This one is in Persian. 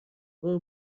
برو